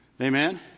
Amen